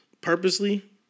purposely